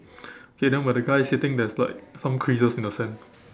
okay then where the guy is sitting there's like some creases in the sand